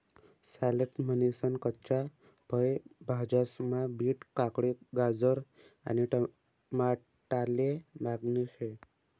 salad म्हनीसन कच्च्या फय भाज्यास्मा बीट, काकडी, गाजर आणि टमाटाले मागणी शे